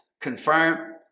confirm